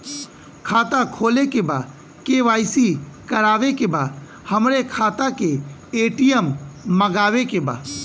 खाता खोले के बा के.वाइ.सी करावे के बा हमरे खाता के ए.टी.एम मगावे के बा?